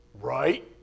right